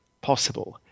possible